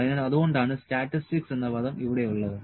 അതിനാൽ അതുകൊണ്ടാണ് സ്റ്റാറ്റിസ്റ്റിക്സ് എന്ന പദം ഇവിടെയുള്ളത്